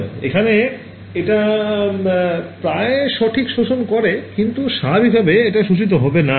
PML এখানে এটা প্রায় সঠিক শোষণ করে কিন্তু স্বাভাবিক ভাবে এটা শোষিত হবে না